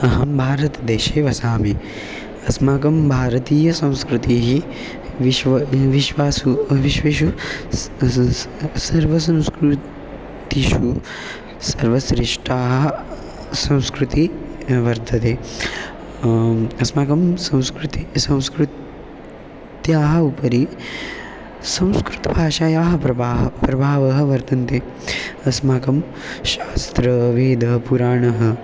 अहं भारतदेशे वसामि अस्माकं भारतीयसंस्कृतिः विश्वे विश्वासु विश्वेषु सर्वसंस्कृतिषु सर्वश्रेष्ठा संस्कृतिः वर्तते अस्माकं संस्कृतिः संस्कृत्याः उपरि संस्कृतभाषायाः प्रभा प्रभावः वर्तते अस्माकं शास्त्रं वेदः पुराणम्